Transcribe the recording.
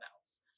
else